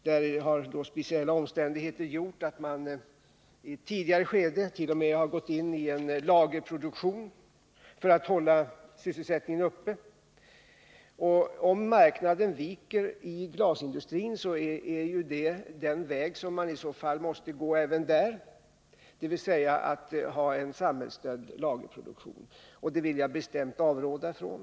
Där gjorde speciella omständigheter att man i ett tidigare skedet.o.m. startade en lagerproduktion för att hålla sysselsättningen uppe. Om marknaden viker för glasindustrin, är det denna väg som man även där i så fall måste gå, dvs. ha en samhällsstödd lagerproduktion. Men det vill jag bestämt avråda från.